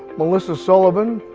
melissa sullivan,